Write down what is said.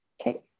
Okay